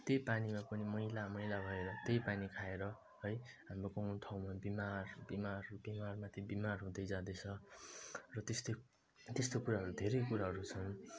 त्यही पानीमा पनि मैला मैला भएर त्यही पानी खाएर है हाम्रो गाउँ ठाउँमा बिमार बिमार माथि बिमार हुँदै जाँदैछ र त्यस्तै त्यस्तो कुराहरू धेरै कुराहरू छन्